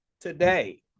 today